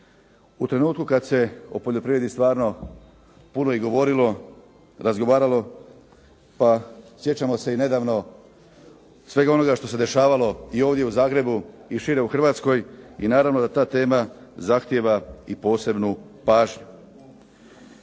U trenutku kad se o poljoprivredi stvarno puno i govorilo, razgovaralo, pa sjećamo se i nedavno svega onoga što se dešavalo i ovdje u Zagrebu i šire u Hrvatskoj i naravno da ta tema zahtijeva i posebnu pažnju.